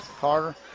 Carter